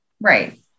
Right